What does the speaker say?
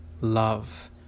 love